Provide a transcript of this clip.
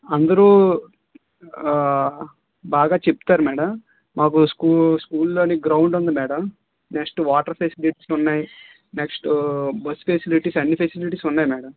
అందరూ బాగా చెప్తారు మేడం మాకు స్కూల్లోనే గ్రౌండ్ ఉంది మేడం నెక్స్ట్ వాటర్ ఫెసిలిటీసున్నాయి నెక్స్ట్ బస్ ఫెసిలిటీస్ అన్ని ఫెసిలిటీస్ ఉన్నాయి మేడం